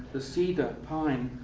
the cedar, pine.